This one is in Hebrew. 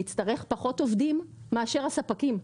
נצטרך פחות עובדים מאשר הספקים,